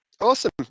Awesome